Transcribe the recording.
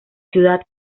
ciudad